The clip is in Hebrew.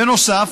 בנוסף,